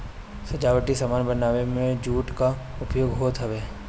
सजावटी सामान बनावे में भी जूट कअ उपयोग होत हवे